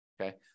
okay